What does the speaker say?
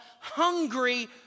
hungry